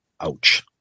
Ouch